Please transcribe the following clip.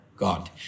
God